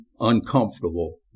uncomfortable